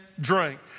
drink